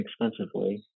inexpensively